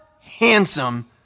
handsome